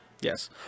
Yes